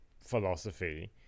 philosophy